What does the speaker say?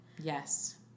Yes